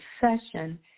session